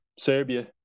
Serbia